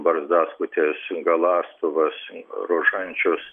barzdaskutės galąstuvas rožančius